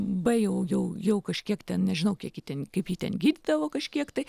b jau jau jau kažkiek ten nežinau kiek jį ten kaip jį ten gydydavo kažkiek tai